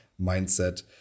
mindset